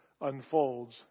unfolds